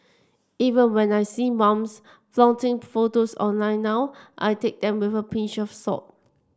even when I see mums flaunting photos online now I take them with a pinch of salt